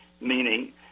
meaning